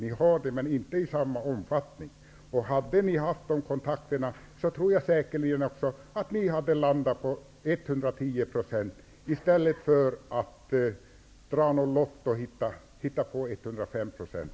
Om ni hade haft de kontakterna tror jag säkert att ni också hade landat på 110 % i stället för att hitta på 105 %.